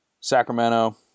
Sacramento